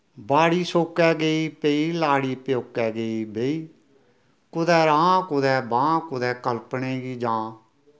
बाड़ी सोकै गेई पेई लाड़ी प्यौकै गेई बेही कुतै राह् कुतै बाह् कुतै कलपने गी जां